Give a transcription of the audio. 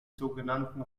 sogenannten